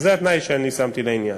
זה התנאי שאני שמתי לעניין.